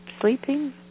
sleeping